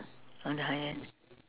on the higher end